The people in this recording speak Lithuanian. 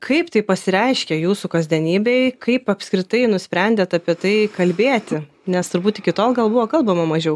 kaip tai pasireiškia jūsų kasdienybėj kaip apskritai nusprendėt apie tai kalbėti nes turbūt iki tol gal buvo kalbama mažiau